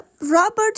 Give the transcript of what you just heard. Robert